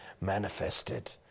manifested